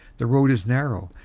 the road is narrow,